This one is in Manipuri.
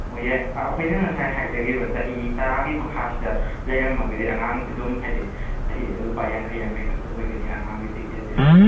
ꯑꯣ ꯌꯥꯏ ꯑꯩꯈꯣꯏꯅ ꯉꯁꯥꯏ ꯍꯥꯏꯖꯒꯤꯕ ꯆꯍꯤ ꯇꯔꯥꯒꯤ ꯃꯈꯥꯁꯤꯗ ꯂꯩꯔꯝꯃꯒꯗꯤ ꯑꯉꯥꯡꯁꯤ ꯑꯗꯨꯝ ꯍꯥꯏꯗꯤ ꯆꯍꯤ ꯂꯨꯄꯥ ꯌꯥꯡꯈꯩ ꯌꯥꯡꯈꯩ ꯈꯛꯇ ꯑꯣꯏꯒꯅꯤ ꯑꯉꯥꯡꯒꯤ ꯇꯤꯛꯀꯦꯠꯇꯤ ꯑꯗꯨꯝ